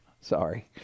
Sorry